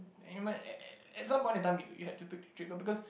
it might at at some point on time you have to put a trigger because